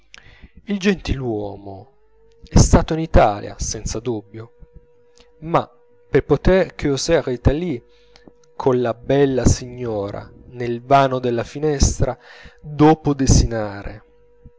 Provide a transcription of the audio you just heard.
il gentiluomo è stato in italia senza dubbio ma per poter causer italie colla bella signora nel vano della finestra dopo desinare